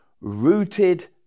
rooted